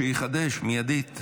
שיחדש מיידית.